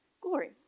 glory